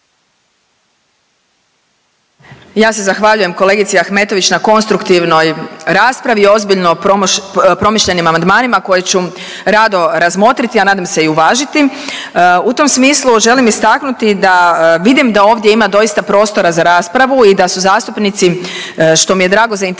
Ja se zahvaljujem kolegici Ahmetović na konstruktivnoj raspravi, ozbiljno promišljenim amandmanima koje ću rado razmotriti, a nadam se i uvažiti. U tom smislu želim istaknuti da vidim da ovdje ima doista prostora za raspravu i da su zastupnici, što mi je drago, zainteresirani